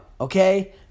Okay